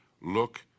look